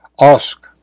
ask